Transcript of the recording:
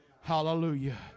Hallelujah